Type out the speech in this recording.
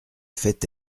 fait